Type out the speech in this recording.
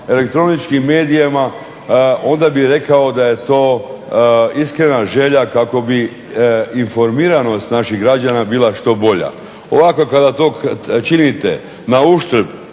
elektroničkim medijima onda bih rekao da je to iskrena želja kako bi informiranost naših građana bila što bolja. Ovako kada to činite na uštrb